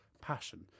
passion